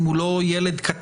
אם הוא לא ילד קטן?